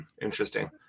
Interesting